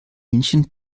münchen